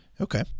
okay